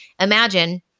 imagine